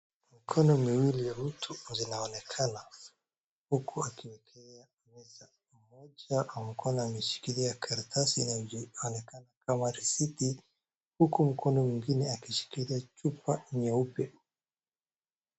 Mikono miwili ya mtu zinaonekana huku akilegea kwa meza .Mmoja wa mkono ameshikilia karatasi na ianoenekana kama risiti huku mkono mwingine ameshkilia chupa nyeupe.